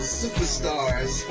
superstars